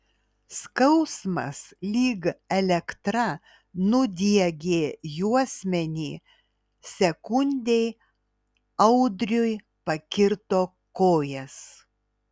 skausmas lyg elektra nudiegė juosmenį sekundei audriui pakirto kojas